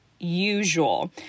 Usual